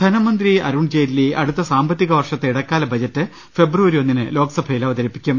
ധനമന്ത്രി അരുൺജെയ്റ്റ്ലി അടുത്ത സാമ്പത്തിക വർഷത്തെ ഇടക്കാല ബജറ്റ് ഫെബ്രുവരി ഒന്നിന് ലോക്സഭയിൽ അവതരിപ്പി ക്കും